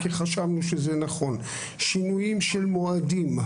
כי חשבנו שזה נכון שינויים של מועדים,